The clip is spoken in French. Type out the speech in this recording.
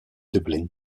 dublin